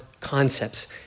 concepts